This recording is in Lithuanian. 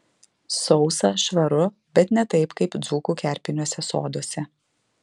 sausa švaru bet ne taip kaip dzūkų kerpiniuose soduose